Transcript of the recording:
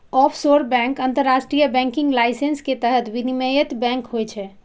offshore bank अंतरराष्ट्रीय banking licence के तहत विनियमित बैंक होइ छै